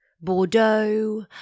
Bordeaux